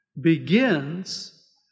begins